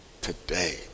today